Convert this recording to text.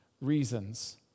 reasons